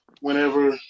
whenever